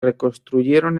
reconstruyeron